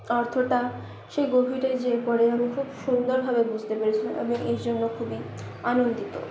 অর্থটা সেই গভীরে যেয়ে পড়ে আমি খুব সুন্দরভাবে বুঝতে পেরেছিলাম আমি এই জন্য খুবই আনন্দিত